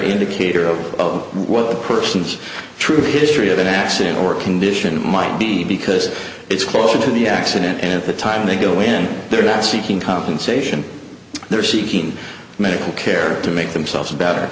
indicator of what a person's true history of an accident or condition might be because it's closer to the accident at the time they go when they're not seeking compensation they're seeking medical care to make themselves better